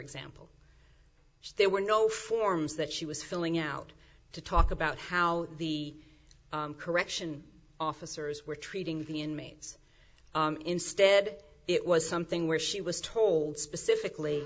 example there were no forms that she was filling out to talk about how the correction officers were treating the inmates instead it was something where she was told specifically